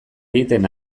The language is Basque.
egiten